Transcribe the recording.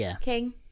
king